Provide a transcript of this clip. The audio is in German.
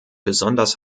besonders